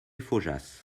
faujas